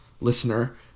listener